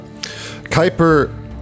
Kuiper